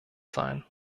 sein